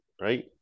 right